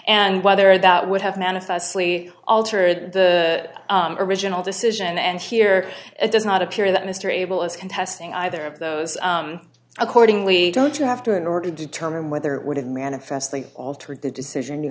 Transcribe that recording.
and whether that would have manifestly altered the original decision and here it does not appear that mr abell is contesting either of those accordingly don't you have to in order to determine whether it would have manifestly altered decision you